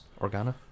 Organa